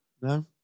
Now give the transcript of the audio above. No